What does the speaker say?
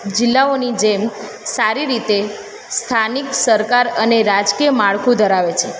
જિલ્લાઓની જેમ સારી રીતે સ્થાનિક સરકાર અને રાજકીય માળખું ધરાવે છે